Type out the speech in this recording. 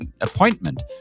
appointment